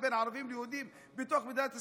בין ערבים ליהודים בתוך מדינת ישראל.